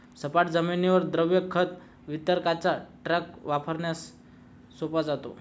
सपाट जमिनीवर द्रव खत वितरकाचा टँकर वापरण्यास सोपा असतो